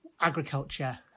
agriculture